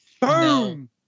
Boom